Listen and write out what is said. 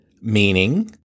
Meaning